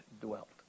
dwelt